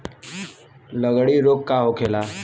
लगड़ी रोग का होखेला?